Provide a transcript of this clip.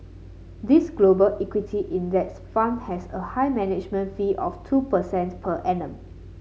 this Global equity index fund has a high management fee of two percent per annum